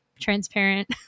transparent